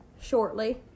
shortly